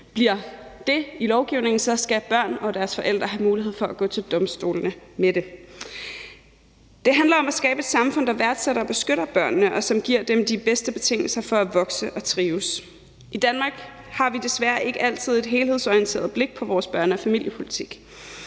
bliver det i lovgivningen, skal børnene og deres forældre have mulighed for at gå til domstolene med det. Det handler om at skabe et samfund, der værdsætter og beskytter børnene, og som giver dem de bedste betingelser for at vokse og trives. I Danmark har vi desværre ikke altid et helhedsorienteret blik på vores børne- og familiepolitik.